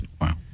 Wow